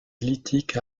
lithique